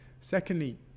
Secondly